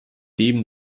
dieben